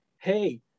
Hey